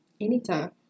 anytime